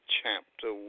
chapter